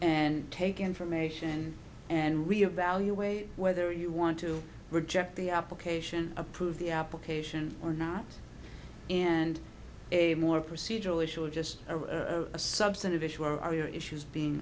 and take information and re evaluate whether you want to reject the application approve the application or not and a more procedural issue or just a substantive issue or issues being